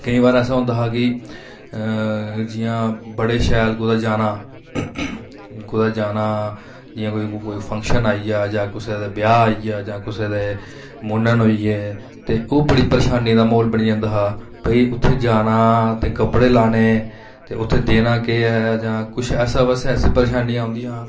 केईं बारी ऐसा होंदा हा कि जि'यां बड़े शैल कुतै जाना कुतै जाना जि'यां कोई क फंक्शन आई गेआ जां कुसै दे ब्याह् आई गेआ जां कुसै दे मूनन होई गे ते ओह् बड़ी परेशानी दा म्हौल बनी जंदा हा भाई उत्थै जाना कपड़े लाने ते उत्थै देना केह् ऐ जां किश ऐसा वैसा किश ऐसियां परेशानियां होंदियां हां